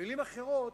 במלים אחרות,